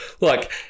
Look